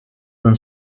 than